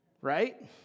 Right